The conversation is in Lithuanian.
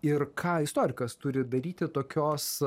ir ką istorikas turi daryti tokios